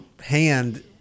hand